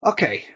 Okay